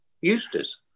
Eustace